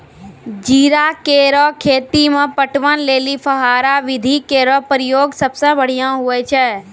जीरा केरो खेती म पटवन लेलि फव्वारा विधि केरो प्रयोग सबसें बढ़ियां होय छै